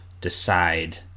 decide